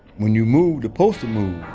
when you moved, the poster moved,